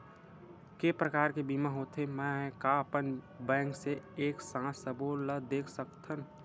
के प्रकार के बीमा होथे मै का अपन बैंक से एक साथ सबो ला देख सकथन?